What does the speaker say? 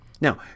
Now